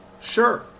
Sure